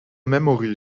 memory